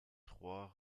trois